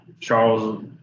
Charles